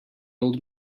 old